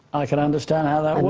i could understand how that